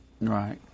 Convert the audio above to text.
Right